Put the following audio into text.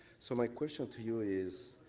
so my question to you is,